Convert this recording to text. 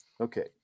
Okay